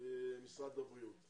משרד הבריאות.